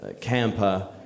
Camper